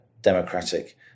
democratic